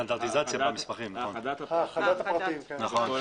האחדת הפרטים.